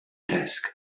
desk